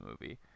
movie